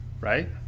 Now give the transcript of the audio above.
right